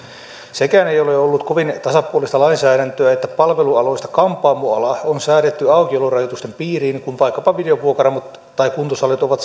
sekään ei ole ollut kovin tasapuolista lainsäädäntöä että palvelualoista kampaamoala on säädetty aukiolorajoitusten piiriin kun vaikkapa videovuokraamot tai kuntosalit ovat